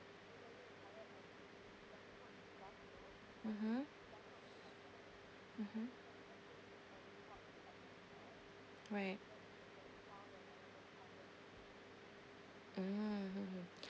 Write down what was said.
mmhmm mmhmm right mm